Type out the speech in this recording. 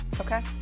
Okay